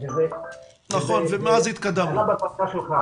וזה עלה בוועדה שלך,